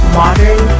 modern